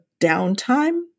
downtime